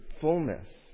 fullness